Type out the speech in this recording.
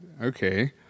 Okay